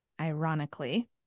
ironically